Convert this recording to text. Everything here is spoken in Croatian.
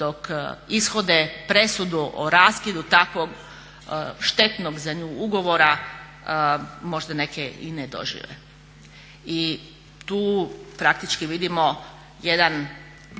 dok ishode presudu o raskidu takvog štetnog za nju ugovora, možda neki i ne dožive. I tu vidimo jedan